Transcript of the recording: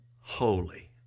holy